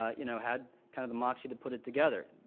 ah you know, had kind of the moxie to put it together.